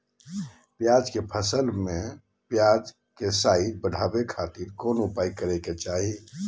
प्याज के फसल में प्याज के साइज बढ़ावे खातिर कौन उपाय करे के चाही?